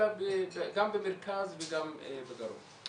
אלא גם במרכז וגם בדרום.